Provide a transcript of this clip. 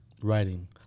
writing